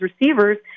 receivers